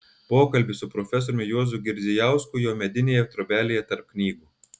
pokalbis su profesoriumi juozu girdzijausku jo medinėje trobelėje tarp knygų